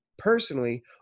Personally